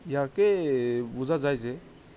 ইয়াকে বুজা যায় যে